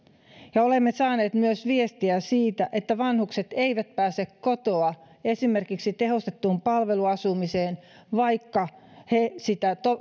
ja olemme saaneet myös viestiä siitä että vanhukset eivät pääse kotoa esimerkiksi tehostettuun palveluasumiseen vaikka he sitä